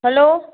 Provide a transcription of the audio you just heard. hello